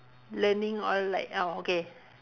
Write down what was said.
learning all like ah okay